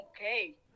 okay